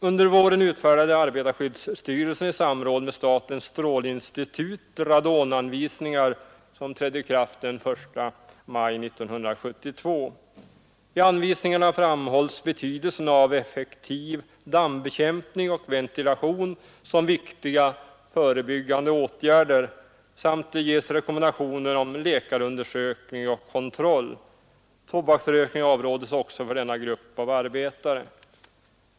Under våren utfärdade arbetarskyddsstyrelsen i samråd med statens strålinstitut radonanvisningar, som trädde i kraft den 1 maj 1972. I anvisningarna framhålls betydelsen av effektiv dammbekämpning och ventilation som viktiga förebyggande åtgärder samt ges rekommenda tioner om läkarundersökning och kontroll. Denna grupp av arbetare avråds också från tobaksrökning.